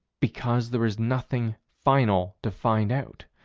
because there is nothing final to find out.